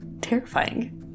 terrifying